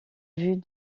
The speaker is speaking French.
vue